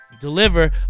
deliver